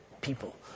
people